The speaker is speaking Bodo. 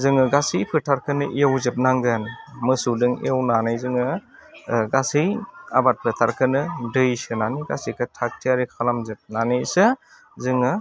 जोङो गासै फोथारखौनो एवजोब नांगोन मोसौदों एवनानै जोङो गासै आबाद फोथारखौनो दै सोनानै गासिखो थाग थियारि खालामजोबनानैसो जोङो